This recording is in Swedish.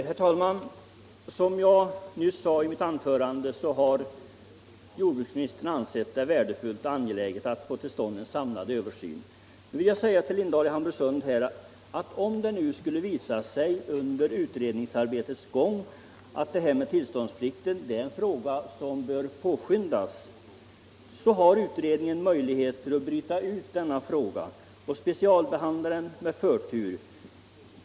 Herr talman! Som jag nyss sade i mitt anförande har jordbruksministern ansett det värdefullt och angeläget att få till stånd en samlad översyn. Nu vill jag säga till herr Lindahl i Hamburgsund att om det skulle visa sig under utredningsarbetets gång att detta med tillståndsplikten är en fråga som bör påskyndas, så har utredningen möjlighet att bryta ut denna fråga och specialbehandla den med förtur.